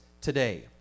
today